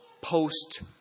post